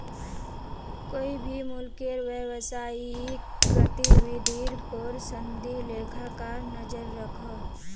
कोए भी मुल्केर व्यवसायिक गतिविधिर पोर संदी लेखाकार नज़र रखोह